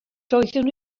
doeddwn